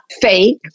fake